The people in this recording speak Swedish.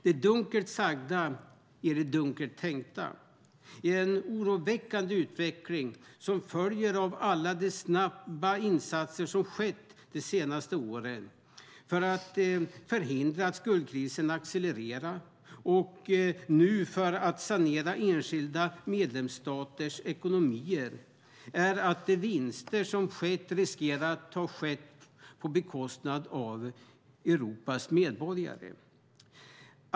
Det dunkelt sagda är det dunkelt tänkta. En oroväckande utveckling som följer av alla de snabba insatser som gjorts de senaste åren för att förhindra att skuldkrisen accelererar och nu för att sanera enskilda medlemsländers ekonomier är att de vinster som skett riskerar att ha skett på bekostnad av Europas medborgare.